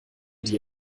dir